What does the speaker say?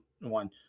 one